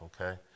okay